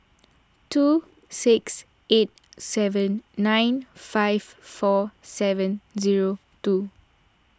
two six eight seven nine five four seven zero two